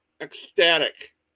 ecstatic